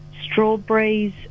strawberries